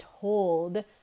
told